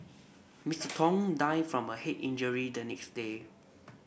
Mister Tong died from a head injury the next day